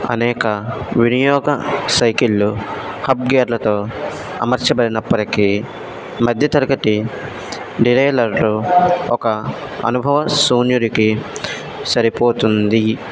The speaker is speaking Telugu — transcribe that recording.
అనేక వినియోగ సైకిళ్ళు హబ్ గేర్లతో అమర్చబడినప్పటికీ మధ్య తరగతి డీరైల్లర్లు ఒక అనుభవశూన్యుడుకి సరిపోతుంది